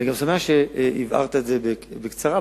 אני שמח שהבהרת את זה בקצרה,